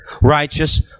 righteous